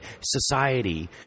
society